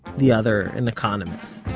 the other an economist.